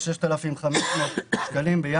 ל-6,500 שקלים.